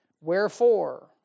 wherefore